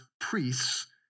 priests